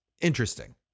interesting